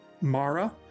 Mara